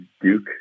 Duke